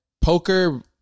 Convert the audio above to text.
poker